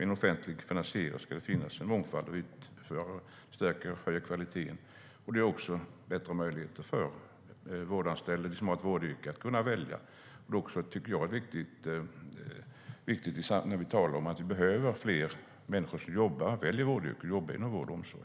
I en offentligt finansierad omsorg ska det finnas en mångfald av utförare. Det stärker och höjer kvaliteten, och det ger också bättre möjligheter att välja för dem som har ett vårdyrke. Det tycker jag är viktigt när vi talar om att vi behöver fler människor som väljer vårdyrket och att jobba inom vård och omsorg.